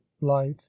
life